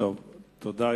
תודה.